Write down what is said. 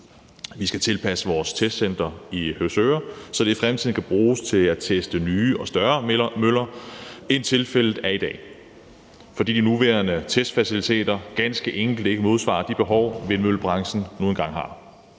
Vi skal tilpasse vores testcenter i Høvsøre, så det i fremtiden kan bruges til at teste nye og større møller, end tilfældet er i dag, fordi de nuværende testfaciliteter ganske enkelt ikke modsvarer de behov, vindmøllebranchen nu engang har.